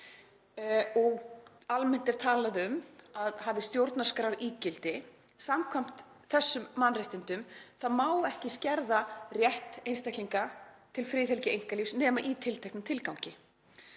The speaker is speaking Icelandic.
og almennt er talað um að hann hafi stjórnarskrárígildi — samkvæmt þessum mannréttindasáttmála má ekki skerða rétt einstaklinga til friðhelgi einkalífs nema í tilteknum tilgangi.